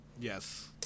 Yes